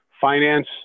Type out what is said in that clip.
finance